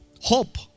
Hope